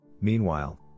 Meanwhile